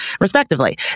respectively